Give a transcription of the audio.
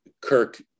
Kirk